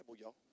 y'all